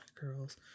girls